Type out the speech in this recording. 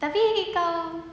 tapi kau